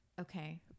Okay